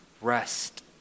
rest